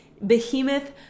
behemoth